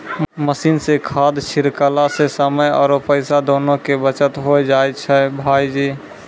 machine सॅ खाद छिड़कला सॅ समय आरो पैसा दोनों के बचत होय जाय छै भायजी